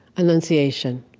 annunciation.